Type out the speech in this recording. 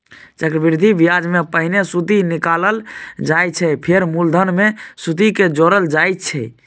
चक्रबृद्धि ब्याजमे पहिने सुदि निकालल जाइ छै फेर मुलधन मे सुदि केँ जोरल जाइ छै